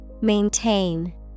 Maintain